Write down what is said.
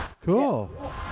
Cool